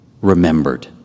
remembered